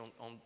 on